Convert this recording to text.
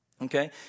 okay